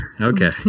Okay